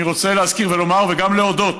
אני רוצה להזכיר ולומר, וגם להודות: